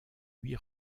huit